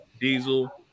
diesel